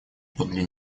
подле